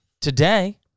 today